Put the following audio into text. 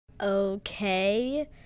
Okay